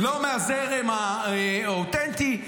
לא מהזרם האותנטי.